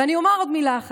ואומר עוד מילה אחת: